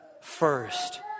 first